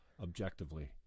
objectively